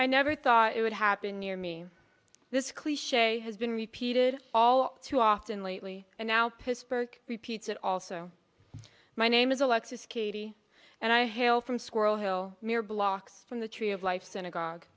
i never thought it would happen near me this cliche has been repeated all too often lately and now pittsburgh repeats it also my name is alexis katie and i hail from squirrel hill near blocks from the tree of life synagogue